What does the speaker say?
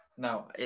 No